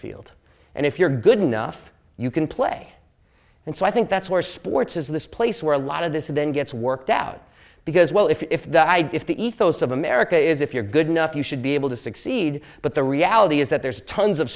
field and if you're good enough you can play and so i think that's where sports is this place where a lot of this then gets worked out because well if if the idea if the ethos of america is if you're good enough you should be able to succeed but the reality is that there's tons of